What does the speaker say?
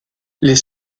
les